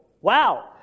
wow